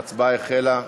ההצבעה החלה.